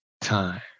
time